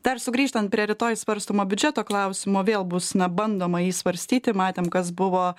dar sugrįžtant prie rytoj svarstomo biudžeto klausimo vėl bus na bandoma jį svarstyti matėm kas buvo